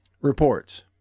Reports